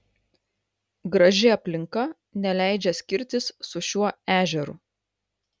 graži aplinka neleidžia skirtis su šiuo ežeru